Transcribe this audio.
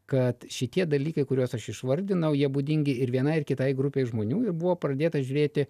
kad šitie dalykai kuriuos aš išvardinau jie būdingi ir vienai ar kitai grupei žmonių ir buvo pradėta žiūrėti